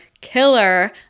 killer